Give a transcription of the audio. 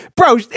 Bro